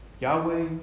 Yahweh